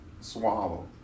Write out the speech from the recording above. swallow